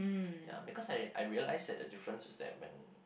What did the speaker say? ya because I I realised that the difference was that when